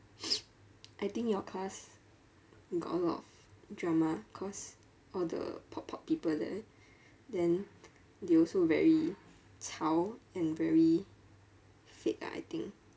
I think your class got a lot of drama cause all the pop pop people there then they also very 吵 and very fake ah I think